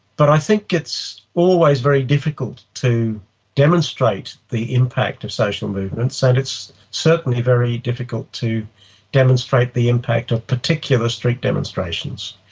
but i think it's always very difficult to demonstrate the impact of social movements, and it's certainly very difficult to demonstrate the impact of particular street demonstrations.